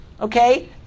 okay